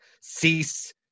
Cease